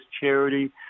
charity